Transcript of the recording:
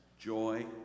joy